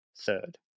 third